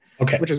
Okay